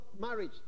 marriage